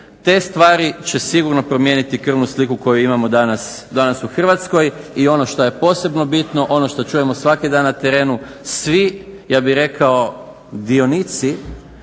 Te stvari će sigurno promijeniti krvnu sliku koju imamo danas u Hrvatskoj. I ono što je posebno bitno, ono što čujemo svaki dan na terenu svi ja bih rekao dionici